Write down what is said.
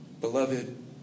Beloved